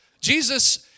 Jesus